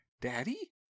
Daddy